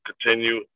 continue